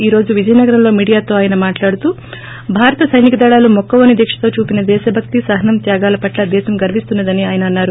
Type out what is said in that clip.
ఈ రోజు విజయనగరంలో మీడియాతో ఆయన మాట్హడుతూ భారత సైనిక దళాలు మొక్కవోని దీక్షతో చూపిన దేశభక్తి సహనం త్యాగాల పట్ల దేశం గర్వించుచున్నా దని ఆయన అన్నారు